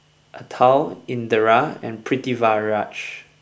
Atal Indira and Pritiviraj